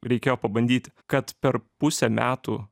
reikėjo pabandyti kad per pusę metų